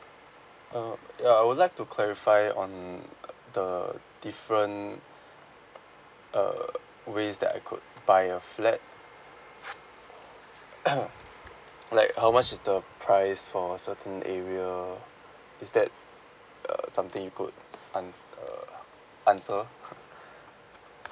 uh ya I would like to clarify on uh the different err ways that I could buy a flat like how much is the price for certain area is that err something you could an~ err answer